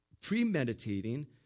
premeditating